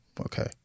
okay